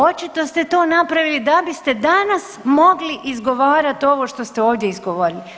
Očito ste to napravili da biste danas mogli izgovarati ovo što ste ovdje izgovorili.